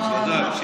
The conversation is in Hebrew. בוודאי, כן.